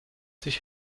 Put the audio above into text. sich